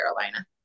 Carolina